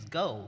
go 。